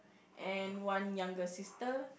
and one younger sister